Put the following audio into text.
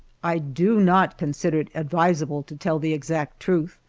i do not consider it advisable to tell the exact truth,